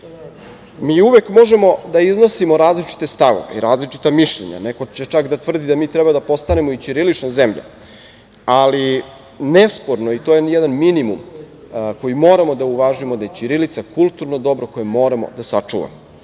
možemo da iznosimo različite stavove i različita mišljenja, neko će čak da tvrdi da mi treba da postanemo i ćirilična zemlja, ali nesporno je, i to je jedan minimum koji moramo da uvažimo, da je ćirilica kultno dobro koje moramo da sačuvamo.